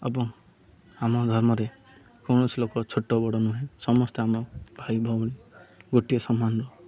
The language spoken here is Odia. ଏବଂ ଆମ ଧର୍ମରେ କୌଣସି ଲୋକ ଛୋଟ ବଡ଼ ନୁହେଁ ସମସ୍ତେ ଆମ ଭାଇ ଭଉଣୀ ଗୋଟିଏ ସମାନର